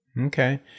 Okay